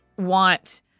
want